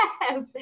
Yes